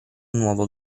nuovo